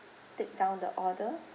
take down the order